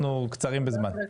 תודה רבה.